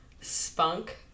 spunk